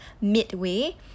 midway